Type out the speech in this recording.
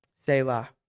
Selah